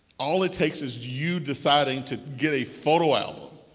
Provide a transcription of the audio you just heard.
all it takes is you deciding to get a photo album,